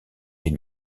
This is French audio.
les